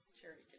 charity